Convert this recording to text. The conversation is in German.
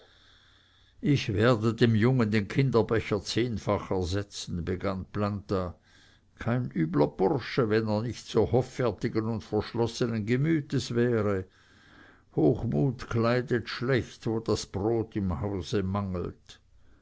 ich werde dem jungen den kinderbecher zehnfach ersetzen begann planta kein übler bursche wenn er nicht so hoffärtigen und verschlossenen gemütes wäre hochmut kleidet schlecht wo das brot im hause mangelt